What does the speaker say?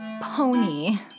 pony